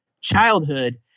childhood